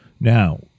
Now